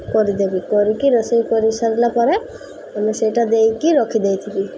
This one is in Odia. କରିଦେବି କରିକି ରୋଷେଇ କରିସାରିଲା ପରେ ମାନେ ସେଇଟା ଦେଇକି ରଖିଦେଇଥିବି